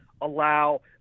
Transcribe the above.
allow –